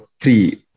three